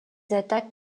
attaques